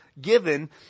given